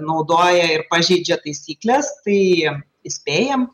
naudoja ir pažeidžia taisykles tai įspėjam